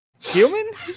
human